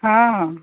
ହଁ ହଁ